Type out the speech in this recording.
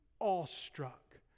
awestruck